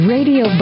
Radio